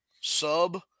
sub